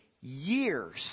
years